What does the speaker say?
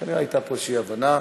כנראה הייתה פה איזו אי-הבנה.